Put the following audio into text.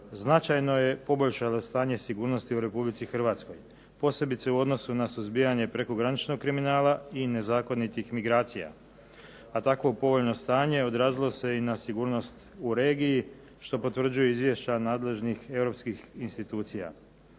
značajno je poboljšala stanje sigurnosti u RH. Posebice u odnosu na suzbijanje prekograničnog kriminala i nezakonitih migracija, a tako povoljno stanje odrazilo se i na sigurnost u regiji što potvrđuju izvješća nadležnih europskih institucija.